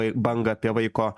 bangą apie vaiko